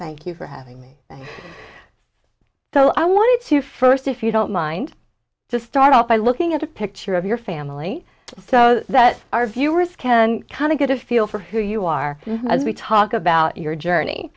thank you for having me so i wanted to first if you don't mind to start off by looking at a picture of your family so that our viewers can kind of get a feel for who you are as we talk about your journey